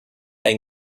ein